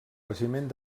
regiment